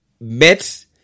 met